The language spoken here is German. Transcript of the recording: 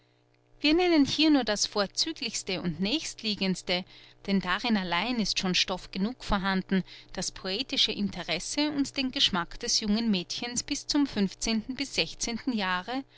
wir nennen hier nur das vorzüglichste und nächstliegendste denn darin allein ist schon stoff genug vorhanden das poetische interesse und den geschmack des jungen mädchens bis zum jahre